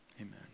amen